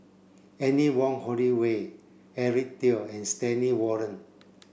Anne Wong Holloway Eric Teo and Stanley Warren